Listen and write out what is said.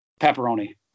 Pepperoni